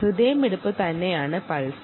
ഹൃദയമിടിപ്പ് തന്നെയാണ് പൾസ്